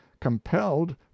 compelled